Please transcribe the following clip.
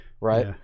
Right